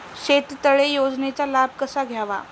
शेततळे योजनेचा लाभ कसा घ्यावा?